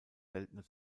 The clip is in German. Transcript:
seltener